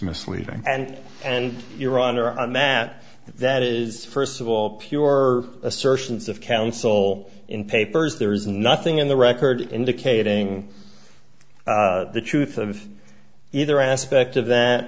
misleading and and your honor on that that is first of all pure assertions of counsel in papers there is nothing in the record indicating the truth of either aspect of that